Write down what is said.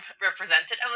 represented